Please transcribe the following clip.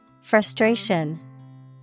Frustration